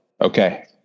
Okay